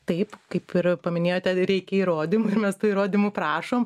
taip kaip ir paminėjote reikia įrodymų ir mes tų įrodymų prašom